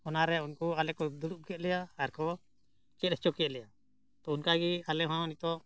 ᱚᱱᱟᱨᱮ ᱩᱱᱠᱩ ᱟᱞᱮ ᱠᱚ ᱫᱩᱲᱩᱵ ᱠᱮᱫ ᱞᱮᱭᱟ ᱟᱨᱠᱚ ᱪᱮᱫ ᱦᱚᱪᱚ ᱠᱮᱫ ᱞᱮᱭᱟ ᱛᱚ ᱚᱱᱠᱟᱜᱮ ᱟᱞᱮᱦᱚᱸ ᱱᱤᱛᱳᱜ